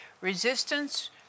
Resistance